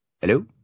Hello